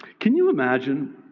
can you imagine?